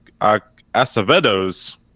Acevedo's